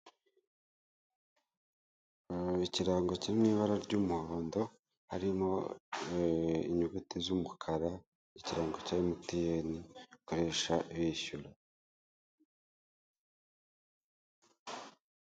Ikirango kiri mu ibara ry'umuhondo harimo inyuguti z'umukara ikirango cya emutiyene okoresha ibishyura.